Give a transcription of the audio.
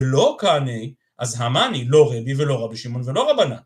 לא מסכים עם שום דבר שנאמר כאן